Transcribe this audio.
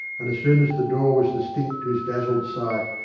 and as soon as the door was distinct to his dazzled sight,